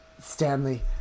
Stanley